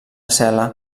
cel·la